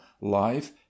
life